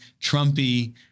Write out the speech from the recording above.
Trumpy